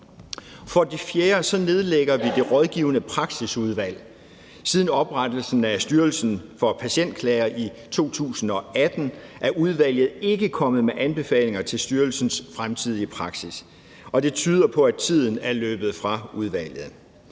For det fjerde nedlægger vi Det Rådgivende Praksisudvalg. Siden oprettelsen af Styrelsen for Patientklager i 2018 er udvalget ikke kommet med anbefalinger til styrelsens fremtidige praksis, og det tyder på, at tiden er løbet fra udvalget.